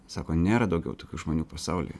sako nėra daugiau tokių žmonių pasaulyje